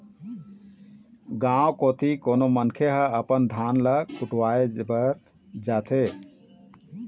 गाँव कोती कोनो मनखे ह अपन धान ल कुटावय बर जाथे